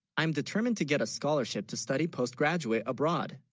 i'm determined to get a scholarship to study postgraduate abroad